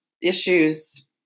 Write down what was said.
issues